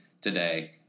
today